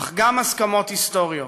אך גם הסכמות היסטוריות.